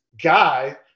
guy